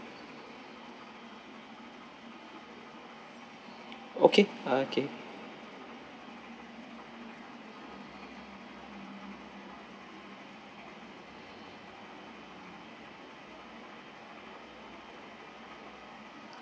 okay uh can you